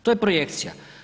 To je projekcija.